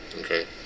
okay